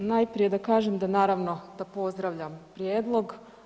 Evo, najprije da kažem, da naravno da pozdravljam prijedlog.